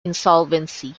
insolvency